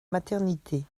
maternités